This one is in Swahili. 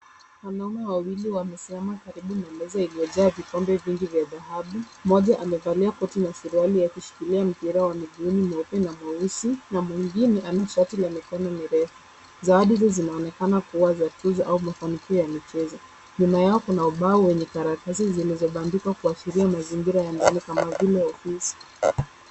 Wanaume wawili wamesimama karibu na meza iliyojaa vikombe vingi vya dhababu. Mmoja amevalia koti na suruali akishikilia mpira wa miguuni mweupe na mweusi na mwingine ana shati la mikono mirefu. Zawadi hizi zinaonekana kuwa za michezo au mafanikio ya michezo. Nyuma yao kuna ubao wenye karatasi zilizobandikwa kuashiria mazingira ya ndani kama vile ofisi.